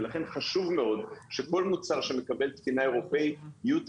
לכן חשוב מאוד שכל מוצר שמקבל תקינה אירופאית יהיו את